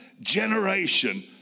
generation